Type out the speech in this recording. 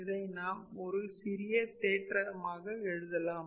இதை நாம் ஒரு சிறிய தேற்றமாக எழுதலாம்